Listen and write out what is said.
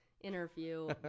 interview